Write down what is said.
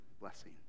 blessing